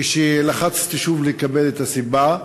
כשלחצתי שוב לקבל את הסיבה,